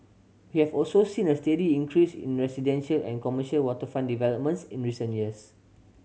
we have also seen a steady increase in residential and commercial waterfront developments in recent years